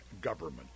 government